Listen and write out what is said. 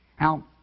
Now